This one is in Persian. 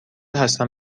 هستم